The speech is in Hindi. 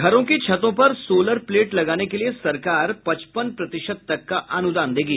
घरों की छतों पर सोलर प्लेट लगाने के लिये सरकार पचपन प्रतिशत तक का अनूदान देगी